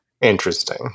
Interesting